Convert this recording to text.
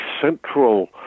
central